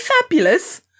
fabulous